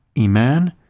iman